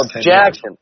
Jackson